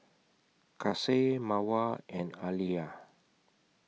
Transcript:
Kasih Mawar and Alya